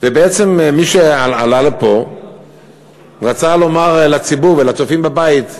בעצם מי שעלה לפה רצה לומר לציבור ולצופים בבית,